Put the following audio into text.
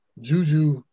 Juju